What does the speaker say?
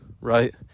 right